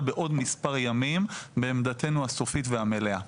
בעוד מספר ימים בעמדתנו הסופית והמלאה.